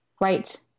right